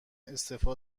استعفا